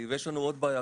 יש לנו עוד בעיה,